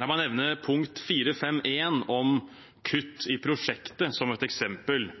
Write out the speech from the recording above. La meg nevne 4.5.1 om kutt i prosjektet som et eksempel.